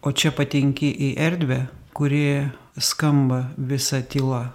o čia patenki į erdvę kuri skamba visa tyla